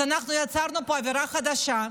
אז אנחנו יצרנו פה עבירה חדשה,